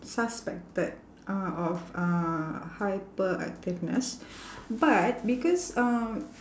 suspected uh of uh hyperactiveness but because um